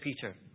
Peter